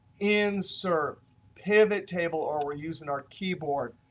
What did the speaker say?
insert pivot table. or we're using our keyboard,